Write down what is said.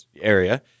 area